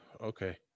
okay